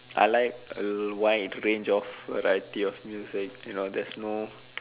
I like a wide range of variety of music you know there's no